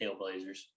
Tailblazers